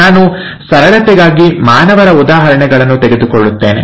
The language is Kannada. ನಾನು ಸರಳತೆಗಾಗಿ ಮಾನವರ ಉದಾಹರಣೆಗಳನ್ನು ತೆಗೆದುಕೊಳ್ಳುತ್ತೇನೆ